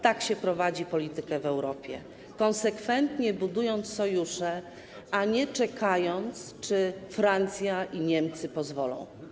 Tak się prowadzi politykę w Europie, konsekwentnie budując sojusze, a nie czekając na to, czy Francja i Niemcy pozwolą.